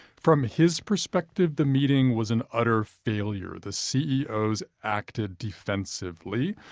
from his perspective, the meeting was an utter failure the ceos acted defensively.